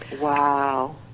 Wow